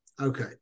Okay